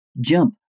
jump